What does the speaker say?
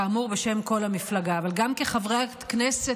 כאמור, בשם כל המפלגה, אבל גם כחברת כנסת,